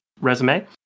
resume